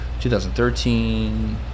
2013